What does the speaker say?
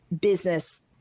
business